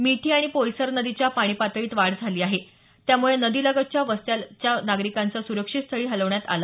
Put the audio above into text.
मिठी आणि पोयसर नदीच्या पाणी पातळीत वाढ झाली आहे त्यामुळे नदी लगतच्या वस्त्यातल्या नागरिकांचं सुरक्षितस्थळी हलवण्यात आलं